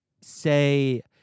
say